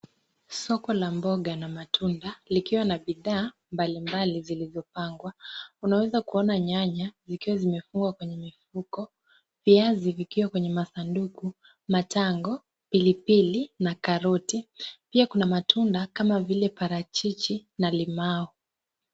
Soko la mboga na matunda likiwa na bidhaa mbalimbali zilizo pangwa. Unaweza kuona nyanya zikiwa zimefungwa kwenye mifuko. Viazi vikiwa kwenye masanduku, matango, pilipili na karoti. Pia kuna matunda kama vile parachichi na limau.